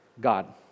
god